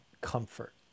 comfort